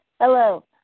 Hello